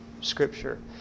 Scripture